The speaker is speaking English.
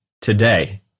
today